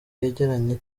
yegeranye